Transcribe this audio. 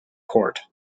court